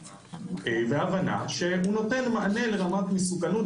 מתוך הבנה שהוא נותן מענה לרמת מסוכנות,